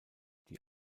die